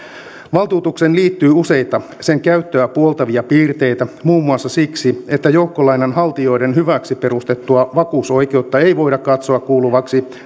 valtuutukseen liittyy useita sen käyttöä puoltavia piirteitä muun muassa siksi että joukkolainanhaltijoiden hyväksi perustettua vakuusoikeutta ei voida katsoa kuuluvaksi